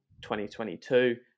2022